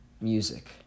music